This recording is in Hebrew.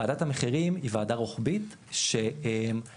ועדת המחירים היא ועדה רוחבית שמפקחת